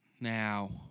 Now